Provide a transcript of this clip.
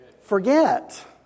forget